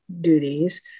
duties